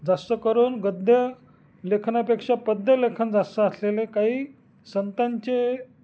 जास्त करून गद्य लेखनापेक्षा पद्यलेखन जास्त असलेले काही संतांचे